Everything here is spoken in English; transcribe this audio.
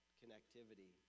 connectivity